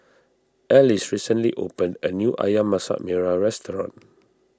Alys recently opened a new Ayam Masak Merah Restaurant